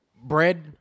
Bread